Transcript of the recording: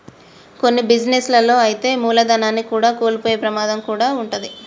కొన్ని బిజినెస్ లలో అయితే మూలధనాన్ని కూడా కోల్పోయే ప్రమాదం కూడా వుంటది